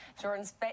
Jordan's